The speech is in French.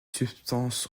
substance